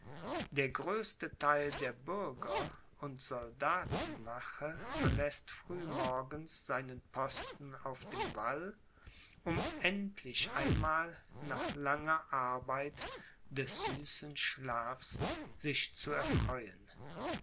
der größte theil der bürger und soldatenwache verläßt früh morgens seinen posten auf dem wall um endlich einmal nach langer arbeit des süßen schlafs sich zu erfreuen